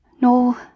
No